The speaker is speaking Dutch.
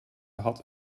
had